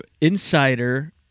Insider